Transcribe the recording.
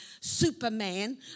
superman